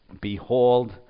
Behold